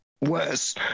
worse